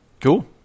Cool